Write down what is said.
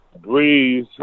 Breeze